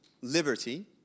liberty